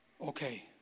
okay